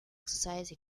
exercise